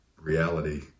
reality